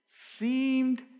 Seemed